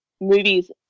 movies